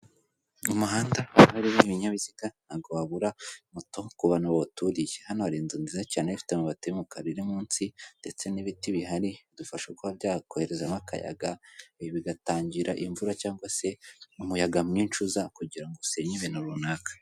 Umuhanda aba uriho ibinyabiziga ntabwo wabura moto ku bantu baturiye, hano hari inzu nziza cyane ifite amabati y'umukara iri munsi ndetse n'ibiti bihari bidufasha kuba byakoherezamo akayaga bigatangira imvura, cyangwa se umuyaga mwinshi uza kugira ngo usenye ibintu runaka.